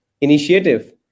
initiative